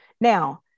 Now